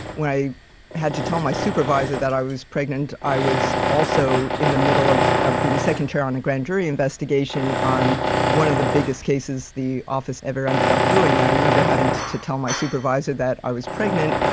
when i had to tell my supervisor that i was pregnant, i was also in the middle of of being second chair on the grand jury investigation on one of the biggest cases the office ever ended up doing. i remember having to to tell my supervisor that i was pregnant.